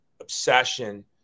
obsession